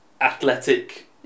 athletic